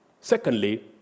Secondly